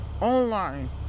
Online